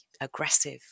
aggressive